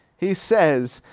he says,